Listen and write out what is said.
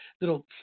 little